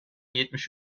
yetmiş